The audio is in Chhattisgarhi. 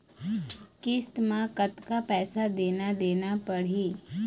किस्त म कतका पैसा देना देना पड़ही?